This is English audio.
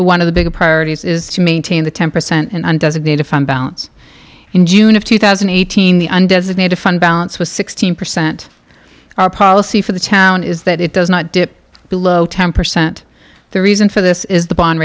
one of the big priorities is to maintain the ten percent and designate a fine balance in june of two thousand and eighteen the undesignated fund balance was sixteen percent our policy for the town is that it does not dip below ten percent the reason for this is the bond